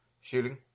shooting